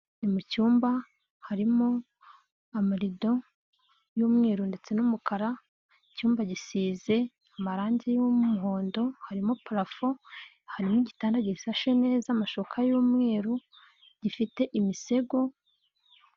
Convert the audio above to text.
Ni mu cyumba harimo amarido y'umweru ndetse n'umukara, mu cyumba gisize amarangi y'umuhondo harimo parafo, hanyuma igitanda gishashe neza amashuka y'umweru gifite imisego.